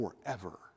forever